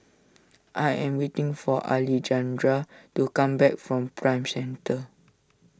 I am waiting for Alejandra to come back from Prime Centre